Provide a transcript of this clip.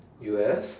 U_S